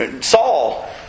Saul